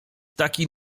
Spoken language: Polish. taki